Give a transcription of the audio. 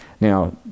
Now